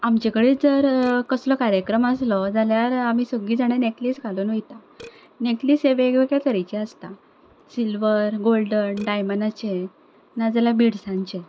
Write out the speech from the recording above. आमचे कडेन जर कसलो कार्यक्रम आसलो जाल्यार आमी सगळीं जाणां नेक्लेस घालून वयता नेक्लेस हे वेगवेगळे तरचे आसतात सिल्वर गोल्डन डायमंडाचे नाजाल्यार बिड्सांचे